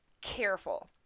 careful